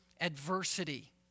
adversity